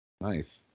Nice